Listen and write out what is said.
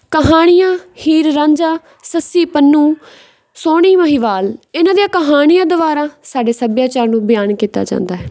ਕਹਾਣੀਆਂ ਹੀਰ ਰਾਂਝਾ ਸੱਸੀ ਪੰਨੂ ਸੋਹਣੀ ਮਹੀਵਾਲ ਇਹਨਾਂ ਦੀਆਂ ਕਹਾਣੀਆਂ ਦੁਆਰਾ ਸਾਡੇ ਸੱਭਿਆਚਾਰ ਨੂੰ ਬਿਆਨ ਕੀਤਾ ਜਾਂਦਾ ਹੈ